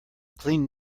clean